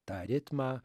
tą ritmą